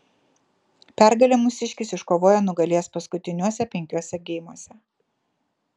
pergalę mūsiškis iškovojo nugalėjęs paskutiniuose penkiuose geimuose